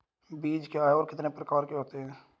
बीज क्या है और कितने प्रकार के होते हैं?